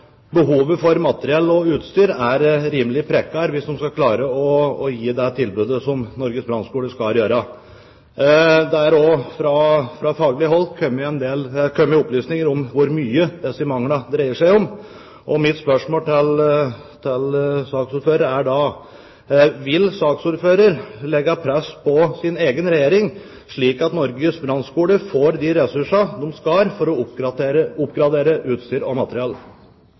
behovet for materiell og utstyr er rimelig prekært hvis man skal klare å gi det tilbudet som Norges brannskole skal gi. Det er også fra faglig hold kommet opplysninger om hvor mye det dreier seg om når det gjelder disse manglene. Mitt spørsmål til saksordføreren er da: Vil saksordføreren legge press på sin egen regjering slik at Norges brannskole får de ressursene de skal ha for å oppgradere utstyr og materiell?